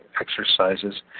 exercises